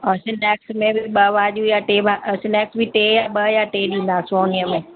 और स्नैक्स में बि ॿ भाॼियूं या टे स्नैक्स बि टे या ॿ या टे ॾींदासीं उन ई में